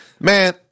Man